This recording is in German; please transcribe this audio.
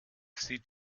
sieht